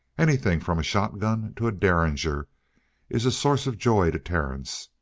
anything from a shotgun to a derringer is a source of joy to terence.